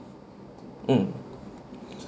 mm